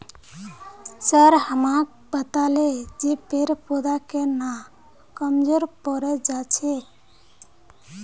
sir हमाक बताले जे पेड़ पौधा केन न कमजोर पोरे जा छेक